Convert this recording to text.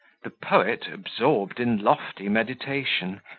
the poet absorbed in lofty meditation,